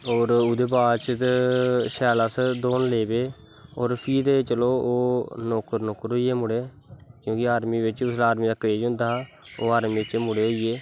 और ओह्दे बाद ते अस शैल दौड़न लगी पे चलो फ्ही ते ओह् नौकर नुकर होईये मुड़े क्योंकि आर्मी बिच्च उसलै आर्मी दा क्रेज़ होंदा हा ओह् आर्मी च मुड़े होईये